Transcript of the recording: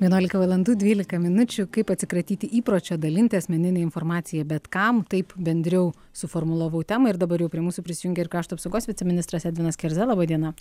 vienuolika valandų dvylika minučių kaip atsikratyti įpročio dalinti asmeninę informaciją bet kam taip bendriau suformulavau temą ir dabar jau prie mūsų prisijungė ir krašto apsaugos viceministras edvinas kerza laba diena